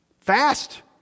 Fast